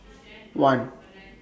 one